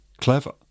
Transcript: clever